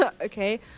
Okay